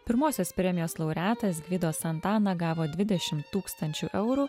pirmosios premijos laureatas gvido santana gavo dvidešim tūkstančių eurų